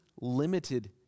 limited